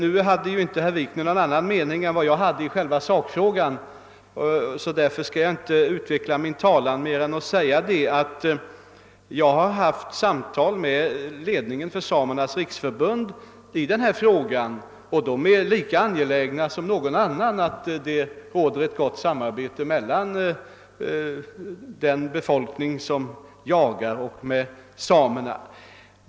I själva sakfrågan hade herr Wikner ingen annan mening än jag, och därför kan jag här inskränka mig till att säga att jag har haft samtal i denna fråga med ledningen för Samernas riksförbund, och där är man lika angelägen som någon annan om att det skall råda ett gott samarbete mellan samerna och jägarna.